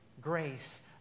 grace